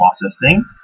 processing